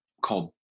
called